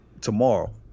tomorrow